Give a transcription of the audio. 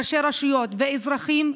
ראשי רשויות ואזרחים,